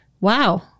Wow